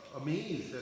Amazed